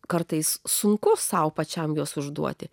kartais sunku sau pačiam jos užduoti